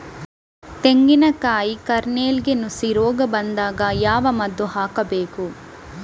ತೆಂಗಿನ ಕಾಯಿ ಕಾರ್ನೆಲ್ಗೆ ನುಸಿ ರೋಗ ಬಂದಾಗ ಯಾವ ಮದ್ದು ಹಾಕಬೇಕು?